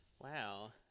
Wow